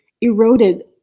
eroded